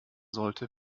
sollte